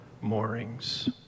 moorings